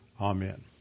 Amen